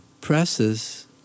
presses